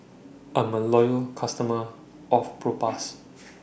I'm A Loyal customer of Propass